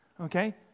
okay